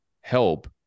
help